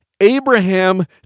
Abraham